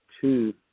two